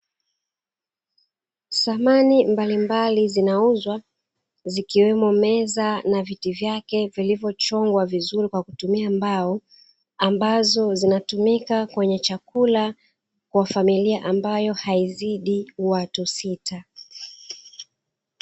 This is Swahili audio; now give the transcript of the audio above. Samani mbalimbali zinauzwa, zikiwemo meza na viti vyake vilivyochongwa vizuri kwa kutumia mbao; ambazo zinatumika kwenye chakula kwa familia ambayo haizidi watu sita.